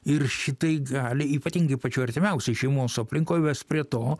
ir šitai gali ypatingai pačioj artimiausioj šeimos aplinkoj vest prie to